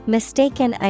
Mistaken